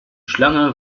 schlange